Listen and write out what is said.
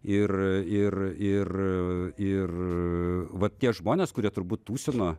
ir ir ir ir va tie žmonės kurie turbūt tūsino